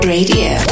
Radio